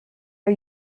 are